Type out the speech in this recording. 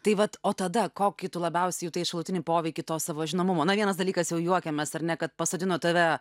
tai vat o tada kokį tu labiausiai jutai šalutinį poveikį to savo žinomumo na vienas dalykas jau juokėmės ar ne kad pasodino tave